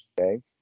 Okay